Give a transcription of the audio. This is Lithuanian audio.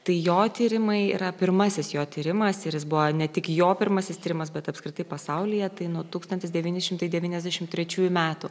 tai jo tyrimai yra pirmasis jo tyrimas ir jis buvo ne tik jo pirmasis tyrimas bet apskritai pasaulyje tai nuo tūkstantis devyni šimtai devyniasdešim trečiųjų metų